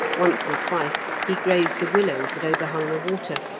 once or twice he grazed the willows that overhung the water,